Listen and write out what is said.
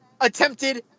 attempted